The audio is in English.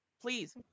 Please